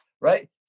right